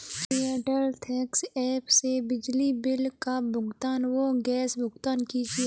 Airtel thanks app से बिजली bill का भुगतान व गैस भुगतान कीजिए